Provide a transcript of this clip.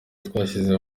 twashyize